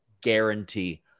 guarantee